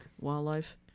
wildlife